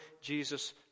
Jesus